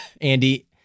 Andy